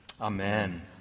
amen